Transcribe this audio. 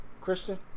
Christian